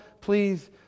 Please